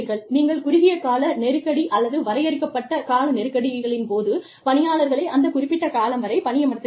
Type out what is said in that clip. நீங்கள் குறுகிய கால நெருக்கடி அல்லது வரையறுக்கப்பட்ட கால நெருக்கடிகளின் போது பணியாளர்களை அந்த குறிப்பிட்ட காலம் வரை பணியமர்த்துகிறீர்கள்